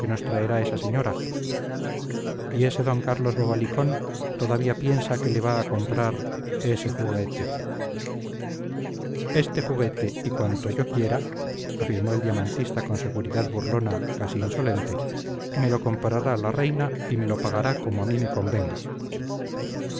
nos traerá esa señora y ese don carlos bobalicón todavía piensa que le va a comprar ese juguete este juguete y cuanto yo quiera afirmó el diamantista con seguridad burlona casi insolente me lo comprará la reina y me lo pagará como a mí me convenga